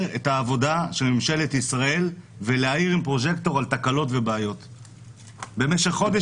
אם אפשר לעבור לבדיקת אנטיגן בלי בדיקת PCR. זה לא לחלוטין לוותר על בדיקת PCR. ההצעה